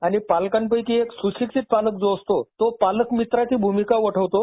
आणि पालकांपैकी जो एक सुशिक्षित पालक असतो तो पालक मित्राची भूमिका वठवतो